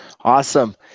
Awesome